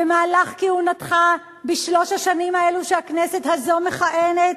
במהלך כהונתך בשלוש השנים האלה שהכנסת הזאת מכהנת